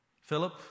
Philip